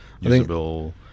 usable